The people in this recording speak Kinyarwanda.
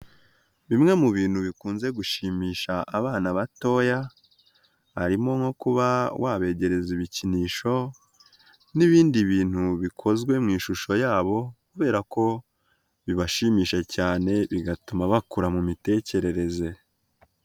Bimwe mu bintu bikunze gushimisha abana batoya, harimo nko kuba wabegereza ibikinisho n'ibindi bintu bikozwe mu ishusho yabo kubera ko bibashimishije cyane bigatuma bakura mu mitekerereze.